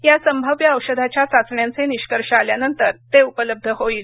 या संभाव्य औषधाच्या चाचण्यांचे निष्कर्ष आल्यानंतर ते उपलब्ध होईल